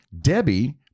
Debbie